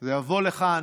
זה יבוא לכאן,